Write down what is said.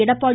Edappadi